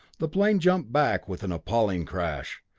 the plane jumped back with an appalling crash,